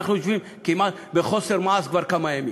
אנחנו יושבים כמעט בחוסר מעש כבר כמה ימים.